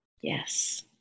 Yes